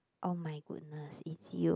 oh my goodness it's you